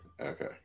Okay